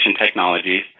Technologies